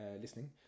listening